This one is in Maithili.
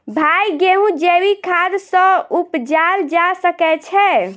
भाई गेंहूँ जैविक खाद सँ उपजाल जा सकै छैय?